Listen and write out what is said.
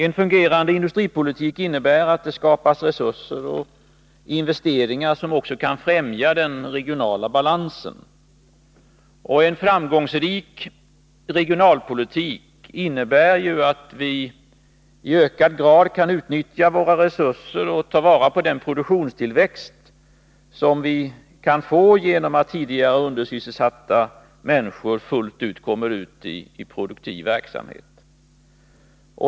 En fungerande industripolitik innebär att det skapas resurser och investeringar som också kan främja den regionala balansen. En framgångsrik regionalpolitik innebär att vi i ökad grad kan utnyttja våra resurser och ta vara på den produktionstillväxt som vi kan få genom att tidigare undersysselsatta människor fullt ut kommer ut i produktiv verksamhet.